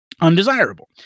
undesirable